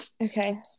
Okay